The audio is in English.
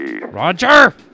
Roger